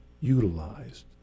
utilized